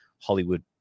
Hollywood